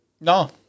No